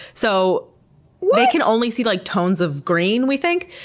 so they can only see like tones of green, we think,